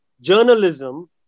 journalism